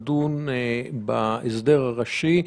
הזאת,